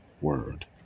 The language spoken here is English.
word